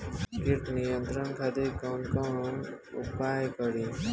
कीट नियंत्रण खातिर कवन कवन उपाय करी?